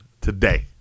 today